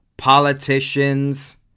Politicians